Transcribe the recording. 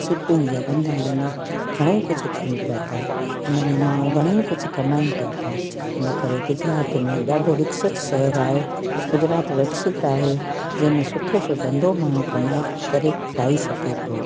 सिपियुनि जा धंधा आहिनि घणेई कुझु थियनि पिया था उन में माण्हू घणेई कुझु कमाइनि पिया था इन करे गुजरात में ॾाढो विकसित शहर आहे गुजरात विकसित आहे जंहिंमें सुठो सो धंधो माण्हू कमाए करे खाई सघे थो